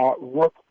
work